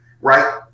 right